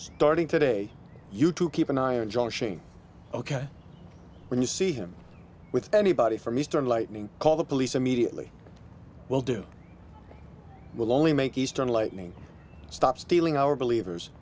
starting today you to keep an eye on joshing ok when you see him with anybody from eastern lightning call the police immediately will do will only make eastern lightning stop stealing our believers